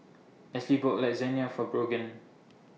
Esley bought Lasagne For Brogan